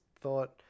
thought